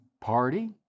party